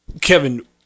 Kevin